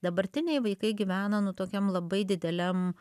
dabartiniai vaikai gyvena nu tokiam labai dideliam